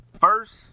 first